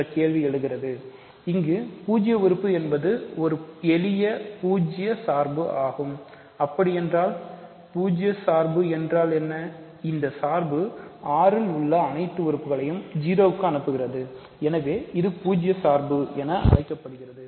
என்ற ஒரு கேள்வி எழுகிறது இங்கு பூஜ்ஜிய உறுப்பு என்பது ஒரு எளிய பூஜ்ஜிய சார்பு R இல் உள்ள அனைத்து உறுப்புகளையும் 0 க்கு அனுப்புகிறது எனவே இது பூஜ்ஜிய சார்பு என அழைக்கப்படுகிறது